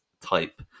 type